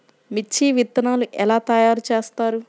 మిర్చి విత్తనాలు ఎలా తయారు చేస్తారు?